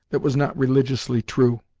that was not religiously true.